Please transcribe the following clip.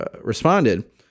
responded